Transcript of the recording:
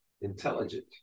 intelligent